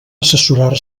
assessorar